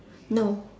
no